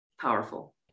Powerful